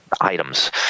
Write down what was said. items